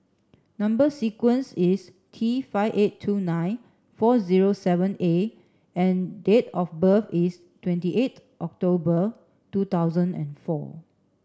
number sequence is T five eight two nine four zero seven A and date of birth is twenty eight October two thousand and four